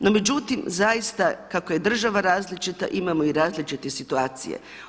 No međutim zaista kako je država različita imamo i različite situacije.